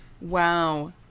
Wow